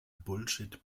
bullshit